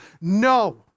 no